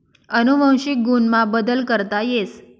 अनुवंशिक गुण मा बदल करता येस